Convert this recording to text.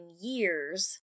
years